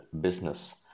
business